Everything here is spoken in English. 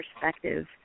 perspective